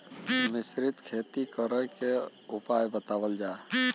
मिश्रित खेती करे क उपाय बतावल जा?